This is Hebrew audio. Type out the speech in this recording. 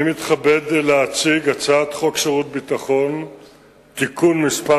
אני מתכבד להציג את הצעת חוק שירות ביטחון (תיקון מס'